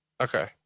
okay